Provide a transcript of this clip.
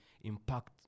impact